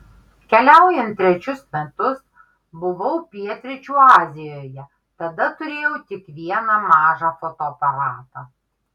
keliaujant trečius metus buvau pietryčių azijoje tada turėjau tik vieną mažą fotoaparatą